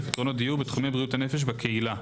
ולפתרונות דיור בתחומי בריאות הנפש בקהילה.